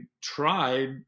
tried